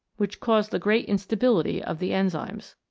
which cause the great instability of the enzymes.